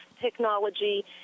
technology